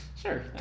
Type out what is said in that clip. Sure